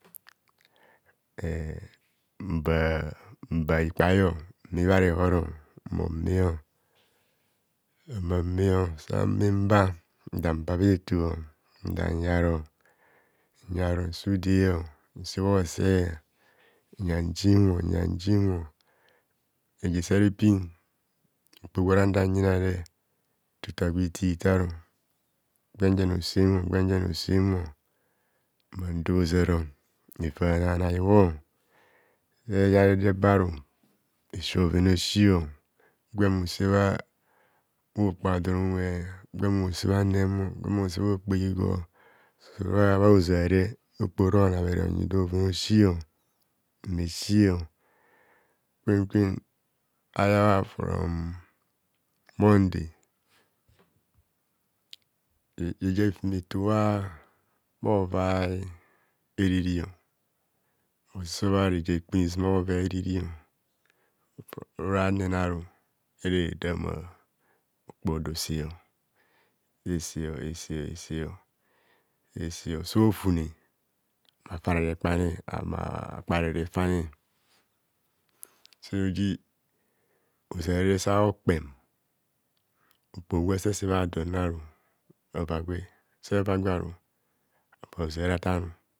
Nvaa nva ikpaio mme bhare hor. Mmame humo mme sanme mba ndan pa bheto nda nyar nyar nse udee nse bho seh nya njimmo nya njimor reje sare pin okpo gwa nna danyina re ntotobha gwe ito itar guenjene nsemo gwe jene nsemo nhumo ndor ozaro nvana bhanai bho nsi bhoven a’osi gwen ose bhaa okpo ado unwe gwem ose bhannemm gwem ose bha okpor igor sora bha ozare okpoho oro nabhere onyidor bhoven a’ogi mme sio kwen kwen ayar bha from monde tutu reje a’hifume to bha ova eriri mmo sebha reje a’kpirizuma bha ova eriri ora nnene aru ere tarna okpo odo se esoo eseo eseo eseo so fune akpare refame ahumo akpare re fane ahumo akpare refane soji ozare sa hokpem okpo gwa sa se bha done aru ava gwe sava gwe aru ava ozar atan